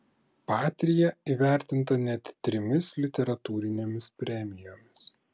patria įvertinta net trimis literatūrinėmis premijomis